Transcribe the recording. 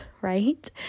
right